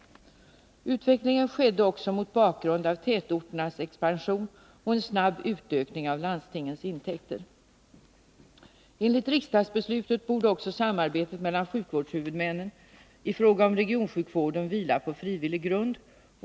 Utvecklingen skedde också mot bakgrund av tätorternas expansion och en snabb utökning av landstingens intäkter. Enligt riksdagsbeslutet borde också samarbetet mellan sjukvårdshuvudmännen i fråga om regionsjukvården vila på frivillig grund.